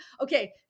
Okay